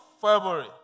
February